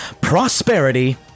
prosperity